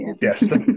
Yes